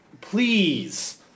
please